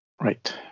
Right